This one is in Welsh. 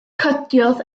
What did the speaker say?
cydiodd